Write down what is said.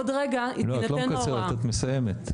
לא, את לא מקצרת, את מסיימת.